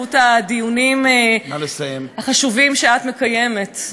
באמצעות הדיונים החשובים שאת מקיימת,